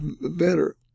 better